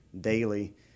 daily